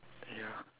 ya